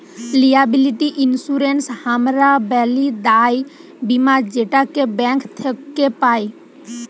liability insurance হামরা ব্যলি দায় বীমা যেটাকে ব্যাঙ্ক থক্যে পাই